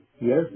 yes